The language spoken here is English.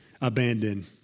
abandoned